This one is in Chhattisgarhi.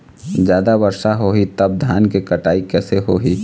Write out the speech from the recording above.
जादा वर्षा होही तब धान के कटाई कैसे होही?